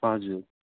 हजुर